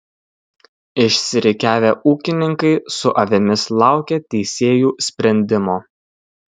išsirikiavę ūkininkai su avimis laukė teisėjų sprendimo